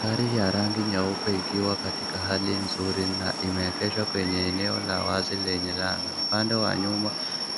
Gari ya rangi nyeupe ikiwa katika hali nzuri na imeegeshwa kwenye eneo la wazi lenye Rami ,upande wa nyuma